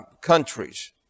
countries